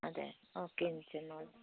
okay okay